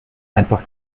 einfach